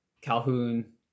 Calhoun